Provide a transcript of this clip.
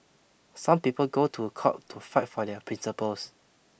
some people go to court to fight for their principles